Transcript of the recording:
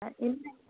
ஆ இல்லை